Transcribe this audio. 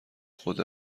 خود